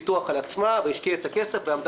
אתה אומר שאתה מיישם.